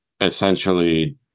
essentially